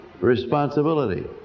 responsibility